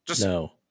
No